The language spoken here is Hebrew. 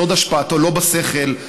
סוד השפעתו לא בשכל,